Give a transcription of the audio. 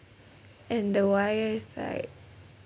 and the wire is like